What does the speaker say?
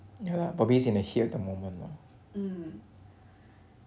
ya lah probably is in the heat of the moment lah